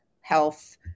health